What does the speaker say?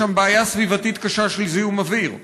יש שם בעיה סביבתית קשה של זיהום אוויר,